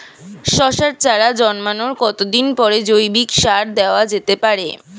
শশার চারা জন্মানোর কতদিন পরে জৈবিক সার দেওয়া যেতে পারে?